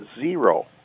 Zero